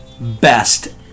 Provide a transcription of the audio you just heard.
best